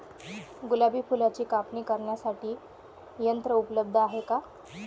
गुलाब फुलाची कापणी करण्यासाठी यंत्र उपलब्ध आहे का?